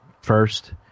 first